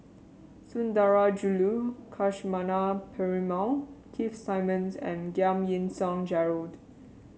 Sundarajulu Lakshmana Perumal Keith Simmons and Giam Yean Song Gerald